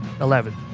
Eleven